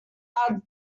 allowed